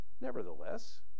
nevertheless